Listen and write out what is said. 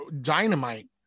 dynamite